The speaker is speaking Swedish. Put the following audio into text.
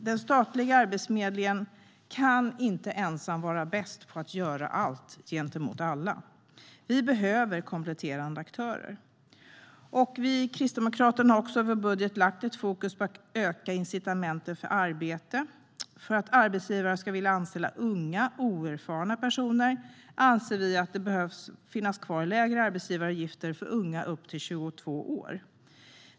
Den statliga Arbetsförmedlingen kan inte ensam vara bäst på att göra allt gentemot alla. Vi behöver kompletterande aktörer. Vi kristdemokrater har i vår budget fokus på att öka incitamenten för arbete. För att arbetsgivare ska vilja anställa unga oerfarna personer anser vi att lägre arbetsgivaravgifter för unga upp till 22 år behöver finnas kvar.